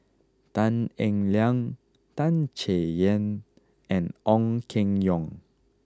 Tan Eng Liang Tan Chay Yan and Ong Keng Yong